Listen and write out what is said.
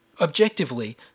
Objectively